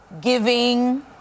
giving